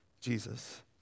Jesus